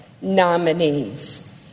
nominees